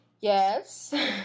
yes